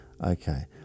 Okay